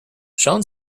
sean